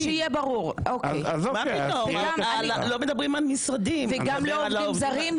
וגם לא עובדים זרים,